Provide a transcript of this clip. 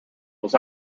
was